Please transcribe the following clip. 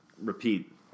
repeat